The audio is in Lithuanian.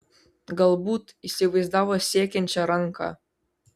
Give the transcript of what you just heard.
galbūt įsivaizdavo siekiančią ranką